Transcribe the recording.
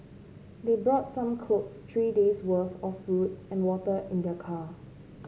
they brought some clothes three day's worth of food and water in their car